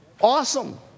Awesome